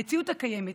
במציאות הקיימת,